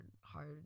hard